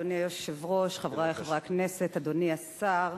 אדוני היושב-ראש, חברי חברי הכנסת, אדוני השר,